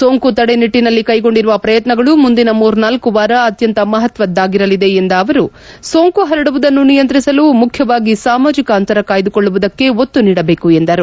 ಸೋಂಕು ತಡೆ ನಿಟ್ಟನಲ್ಲಿ ಕೈಗೊಂಡಿರುವ ಪ್ರಯತ್ನಗಳು ಮುಂದಿನ ಮುರ್ನಾಲ್ಲು ವಾರ ಅತ್ಯಂತ ಮಹತ್ವದ್ದಾಗಿರಲಿದೆ ಎಂದ ಅವರು ಸೋಂಕು ಪರಡುವುದನ್ನು ನಿಯಂತ್ರಿಸಲು ಮುಖ್ಯವಾಗಿ ಸಾಮಾಜಿಕ ಅಂತರ ಕಾಯ್ಲುಕೊಳ್ಳುವುದಕ್ಕೆ ಒತ್ತು ನೀಡಬೇಕು ಎಂದರು